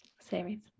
series